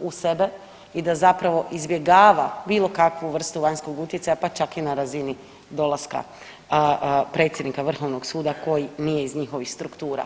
u sebi i da zapravo izbjegava bilo kakvu vrstu vanjskog utjecaja pa čak i na razini dolaska predsjednika Vrhovnog suda koji nije iz njihovih struktura.